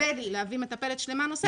ששווה לי להביא מטפלת שלמה נוספת.